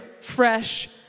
fresh